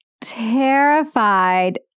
terrified